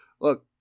Look